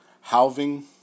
halving